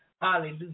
Hallelujah